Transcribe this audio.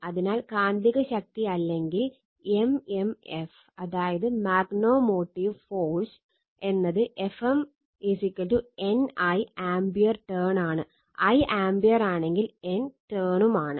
അതിനാൽ കാന്തിക ശക്തി അല്ലെങ്കിൽ mmf എന്നത് Fm N I ampere turn ആണ് I ആമ്പിയർ ആണെങ്കിൽ N ടേണും ആണ്